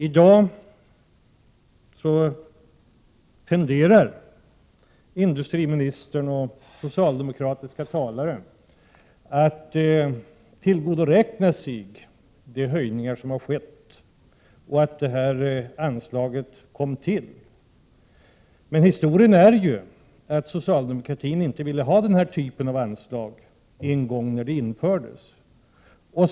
I dag tenderar industriministern och socialdemokratiska talare att tillgodoräkna sig de höjningar som har skett av detta anslag, liksom att anslaget kom till. Men historien är att socialdemokratin inte ville ha den här typen av anslag när det en gång infördes.